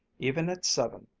even at seven,